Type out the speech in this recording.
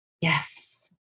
Yes